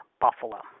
Buffalo